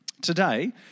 Today